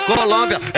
Colômbia